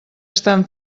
estan